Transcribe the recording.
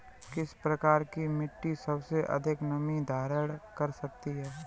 किस प्रकार की मिट्टी सबसे अधिक नमी धारण कर सकती है?